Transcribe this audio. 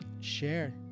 Share